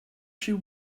she